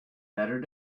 better